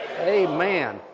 Amen